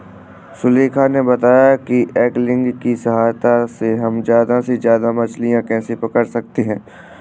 सुलेखा ने बताया कि ऐंगलिंग की सहायता से हम ज्यादा से ज्यादा मछलियाँ कैसे पकड़ सकते हैं